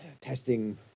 testing